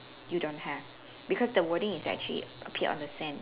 you don't have because the wording is actually appear on the sand